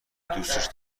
دوستش